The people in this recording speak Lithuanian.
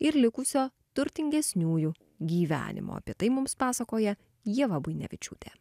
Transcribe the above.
ir likusio turtingesniųjų gyvenimo apie tai mums pasakoja ieva buinevičiūtė